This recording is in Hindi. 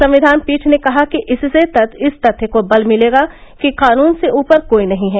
संविधान पीठ ने कहा कि इससे इस तथ्य को बल मिलेगा कि कानन से ऊपर कोई नहीं है